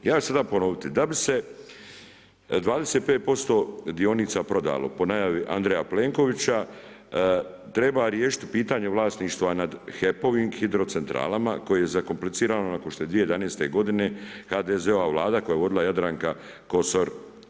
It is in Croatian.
Ja ću sada ponoviti, da bi se 25% dionica prodalo, po najavi Andreja Plenkovića treba riješiti pitanje vlasništva nad HEP-ova i hidrocentralama, koji je zakomplicirano, nakon što je 2011. g. HDZ-ova Vlada koja je vodila Jadranka Kosor.